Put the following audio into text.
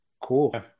Cool